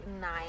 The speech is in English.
nine